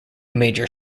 major